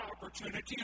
opportunity